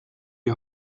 die